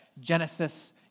Genesis